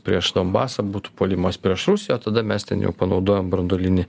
prieš donbasą būtų puolimas prieš rusiją tada mes ten jau panaudojam branduolinį